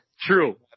True